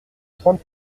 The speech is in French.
trente